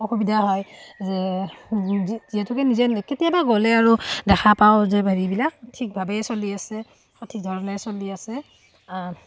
অসুবিধা হয় যে যিহেতুকে নিজে কেতিয়াবা গ'লে আৰু দেখা পাওঁ যে হেৰিবিলাক সঠিকভাৱেই চলি আছে সঠিক ধৰণে চলি আছে